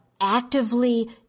actively